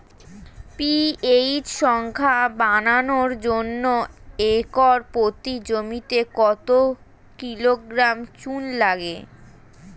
PH সংখ্যা বাড়ানোর জন্য একর প্রতি জমিতে কত কিলোগ্রাম চুন লাগে?